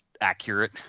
accurate